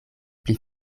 pli